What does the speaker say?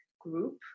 group